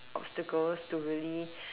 obstacles to really